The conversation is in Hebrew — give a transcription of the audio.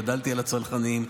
גדלתי על הצנחנים,